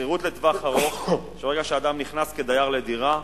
שכירות לטווח ארוך, שברגע שאדם נכנס כדייר לדירה,